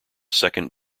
second